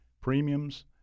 premiums